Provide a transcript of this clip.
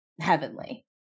heavenly